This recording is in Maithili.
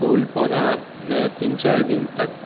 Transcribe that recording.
फूल पौधामे तीन चारि दिन तक